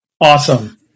Awesome